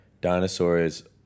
Dinosaurs